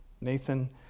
Nathan